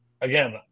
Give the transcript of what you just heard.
again